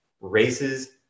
races